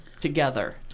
together